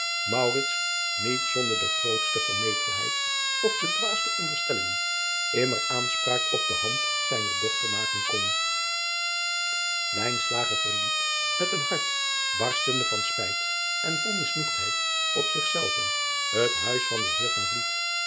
niet zonder de grootste vermetelheid of de dwaaste onderstellingen immer aanspraak op de hand zijner dochter maken kon verliet met een hart barstende van spijt en vol misnoegdheid op zich zelven het huis van den eer